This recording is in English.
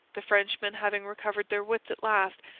the frenchmen having recovered their wits at last,